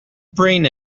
brain